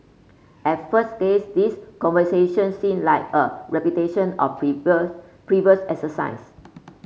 at first glance these conversations seem like a repetition of previous previous exercise